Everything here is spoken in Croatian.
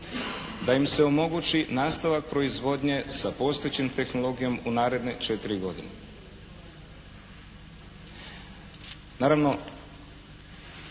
da im se omogući nastavak proizvodnje s postojećom tehnologijom u naredne četiri godine.